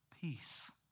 peace